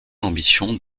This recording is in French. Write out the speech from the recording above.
l’ambition